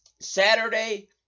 Saturday